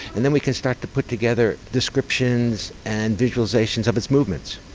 and then we can start to put together descriptions and visualisations of its movements.